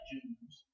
Jews